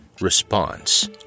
Response